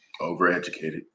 Overeducated